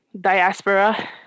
Diaspora